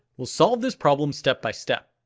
we'll solve this problem step by step.